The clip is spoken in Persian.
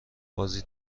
بازی